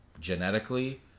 genetically